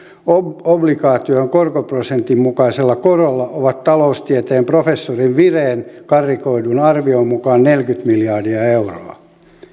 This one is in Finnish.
obligaatioiden korkoprosentin mukaisella korolla ovat taloustieteen professori virenin karrikoidun arvion mukaan neljäkymmentä miljardia euroa